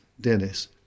Dennis